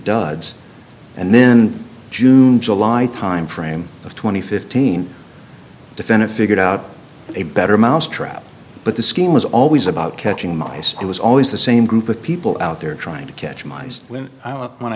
duds and then june july timeframe of twenty fifteen defend it figured out a better mousetrap but the scheme was always about catching mice it was always the same group of people out there trying to catch mice when